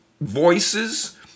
voices